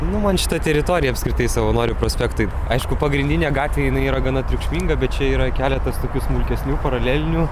nu man šita teritorija apskritai savanorių prospektui aišku pagrindinė gatvė jinai yra gana triukšminga bet čia yra ir keletas tokių smulkesnių paralelinių